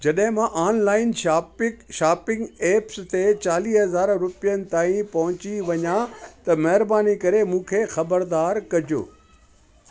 जॾहिं मां ऑनलाइन शापिक शापिंग ऐप्स ते चालीह हज़ार रुपियनि ताईं पहुची वञा त महिरबानी करे मूंखे ख़बरदार कजो